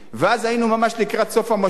ואז היינו ממש לקראת סוף המושב,